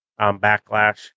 Backlash